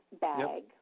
bag